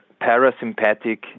parasympathetic